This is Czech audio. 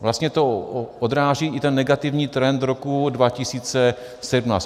Vlastně to odráží i negativní trend roku 2017.